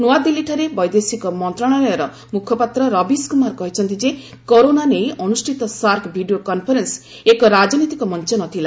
ନ୍ତ୍ରଆଦିଲ୍ଲୀଠାରେ ବୈଦେଶିକ ମନ୍ତ୍ରଶାଳୟର ମ୍ରଖପାତ୍ ରବିଶ କୁମାର କହିଛନ୍ତି ଯେ କରୋନା ନେଇ ଅନୁଷ୍ଠିତ ସାର୍କ ଭିଡ଼ିଓ କନ୍ଫରେନ୍ ଏକ ରାଜନୈତିକ ମଞ୍ଚ ନଥିଲା